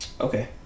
Okay